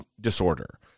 disorder